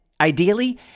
ideally